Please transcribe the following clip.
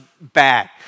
bad